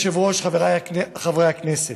אדוני היושב-ראש, חבריי חברי הכנסת,